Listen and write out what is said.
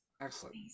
Excellent